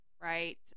right